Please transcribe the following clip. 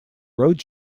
road